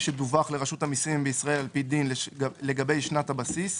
שדווח לרשות המסים בישראל על פי דין לגבי שנת הבסיס,